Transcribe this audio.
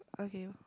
okay